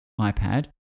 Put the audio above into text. iPad